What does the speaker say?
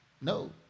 no